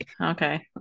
Okay